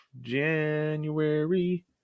January